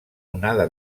onada